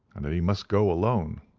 and that he must go alone.